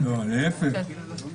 להיפך.